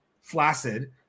flaccid